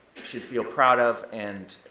should feel proud of, and